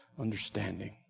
understanding